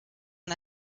man